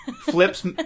Flip's